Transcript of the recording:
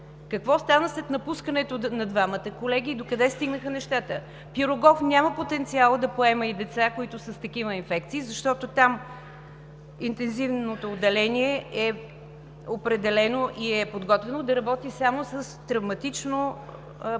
какво стана след напускането на двамата колеги и докъде стигнаха нещата? „Пирогов“ няма потенциал да поема и деца, които са с такива инфекции, защото там интензивното отделение е определено и е подготвено да работи само с деца, които са